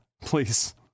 Please